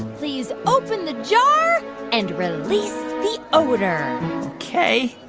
please open the jar and release the odor ok